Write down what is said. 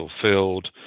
fulfilled